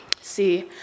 See